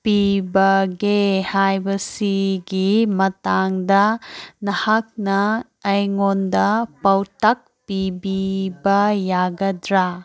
ꯄꯤꯕꯒꯦ ꯍꯥꯏꯕꯁꯤꯒꯤ ꯃꯇꯥꯡꯗ ꯅꯍꯥꯛꯅ ꯑꯩꯉꯣꯟꯗ ꯄꯥꯎꯇꯥꯛ ꯄꯤꯕꯤꯕ ꯌꯥꯒꯗ꯭ꯔ